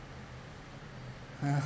!huh!